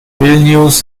vilnius